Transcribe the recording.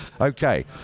Okay